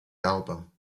album